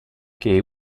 che